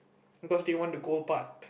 because they want the gold part